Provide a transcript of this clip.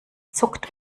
zuckt